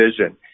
vision